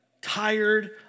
tired